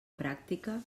pràctica